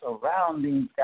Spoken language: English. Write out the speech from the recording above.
surroundings